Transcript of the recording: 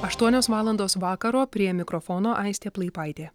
aštuonios valandos vakaro prie mikrofono aistė plaipaitė